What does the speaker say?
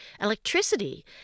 electricity